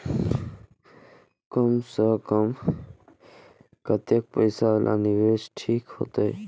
कम से कम कतेक पैसा वाला निवेश ठीक होते?